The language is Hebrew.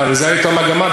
זו הייתה המגמה,